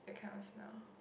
that kind of smell